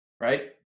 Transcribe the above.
right